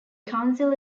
council